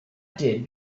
did